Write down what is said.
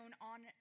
on